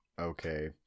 okay